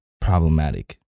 problematic